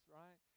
right